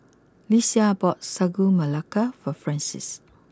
Lesia bought Sagu Melaka for Francies